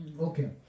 Okay